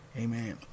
Amen